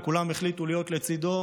וכולם החליטו להיות לצידו